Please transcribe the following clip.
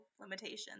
limitations